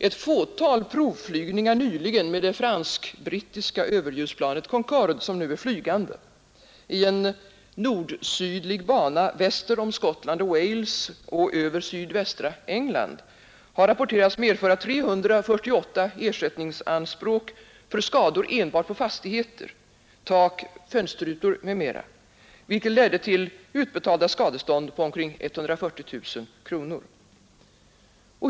Ett fåtal provflygningar nyligen med det fransk-brittiska överljudsplanet Concorde, som nu är flygande, i en nordsydlig bana väster om Skottland och Wales och över sydvästra England har rapporterats medföra 348 ersättningsanspråk för skador enbart på fastigheter, tak, fönsterrutor m.m., vilket ledde till utbetalda skadestånd på omkring 140 000 kronor.